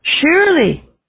Surely